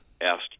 asked